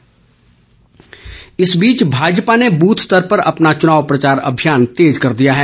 प्रचार चम्बा इस बीच भाजपा ने बूथ स्तर पर अपना चुनाव प्रचार अभियान तेज कर दिया है